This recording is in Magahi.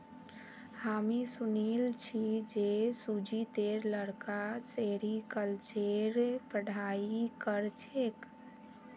हामी सुनिल छि जे सुजीतेर लड़का सेरीकल्चरेर पढ़ाई कर छेक